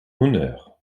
honneur